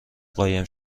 قایم